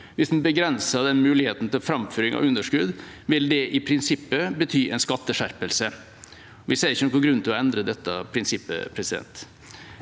Hvis man begrenser den muligheten til framføring av underskudd, vil det i prinsippet bety en skatteskjerpelse. Vi ser ikke noen grunn til å endre dette prinsippet. Helt